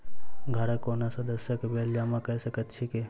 घरक कोनो सदस्यक बिल जमा कऽ सकैत छी की?